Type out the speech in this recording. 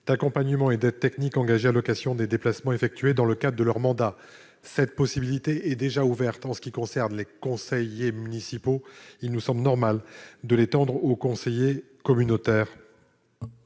d'accompagnement et d'aide technique engagés à l'occasion des déplacements effectués dans le cadre de leur mandat. Cette possibilité est déjà ouverte en ce qui concerne les conseillers municipaux. Il nous semble normal de l'étendre aux conseillers communautaires.